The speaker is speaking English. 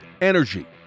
energy